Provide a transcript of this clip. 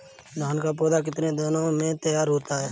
धान का पौधा कितने दिनों में तैयार होता है?